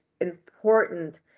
important